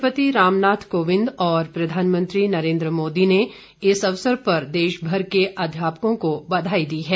राष्ट्रंपति रामनाथ कोविन्द और प्रधानमंत्री नरेंद्र मोदी ने इस अवसर पर देशभर के अध्यापकों को बधाई दी है